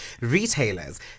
retailers